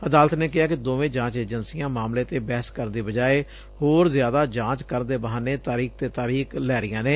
ਅਦਾਲਤ ਨੇ ਕਿਹੈ ਕਿ ਦੋਵੇ ਜਾਂਚ ਏਜੰਸੀਆਂ ਮਾਮਲੇ ਤੇ ਬਹਿਸ ਕਰਨ ਦੀ ਬਜਾਏ ਹੋਰ ਜ਼ਿਆਦਾ ਜਾਂਚ ਕਰਨ ਦੇ ਬਹਾਨੇ ਤਾਰੀਕ ਤੇ ਤਾਰੀਕ ਲੈ ਰਹੀਆਂ ਨੇ